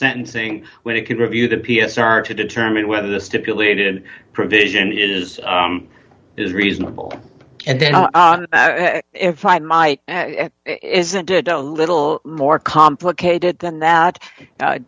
sentencing when it can review the p s r to determine whether the stipulated provision is is reasonable and then if i might isn't it a little more complicated than that